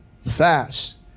fast